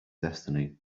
destiny